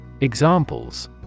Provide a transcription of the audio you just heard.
Examples